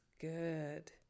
good